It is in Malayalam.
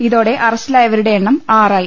ഇതോടെ അറസ്റ്റിലായവരുടെ എണ്ണം ആറായി